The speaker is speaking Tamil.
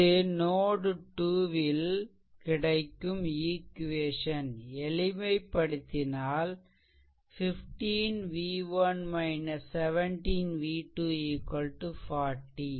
இது நோட் 2 ல் கிடைக்கும் ஈக்வேசன் எளிமைப்படுத்தினால் 15 v1 17 v2 40